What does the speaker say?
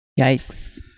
yikes